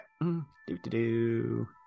Do-do-do